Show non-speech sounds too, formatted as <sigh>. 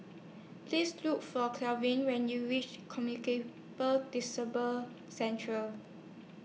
Please Look For <unintelligible> when YOU REACH <unintelligible> Disease <unintelligible> Centre